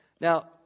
Now